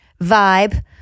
vibe